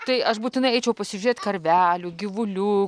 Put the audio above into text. tai aš būtinai eičiau pasižiūrėt karvelių gyvulių